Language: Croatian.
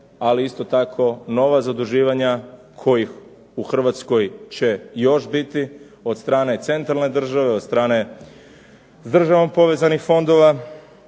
ali isto tako nova zaduživanja kojih u Hrvatskoj će biti od strane centralne države, od strane s državom povezanih fondova,